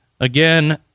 again